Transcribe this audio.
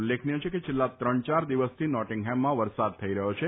ઉલ્લેખનીય છે કે છેલ્લા ત્રણ ચાર દિવસથી નોટીંગહેમમાં વરસાદ થઇ રહ્યો છે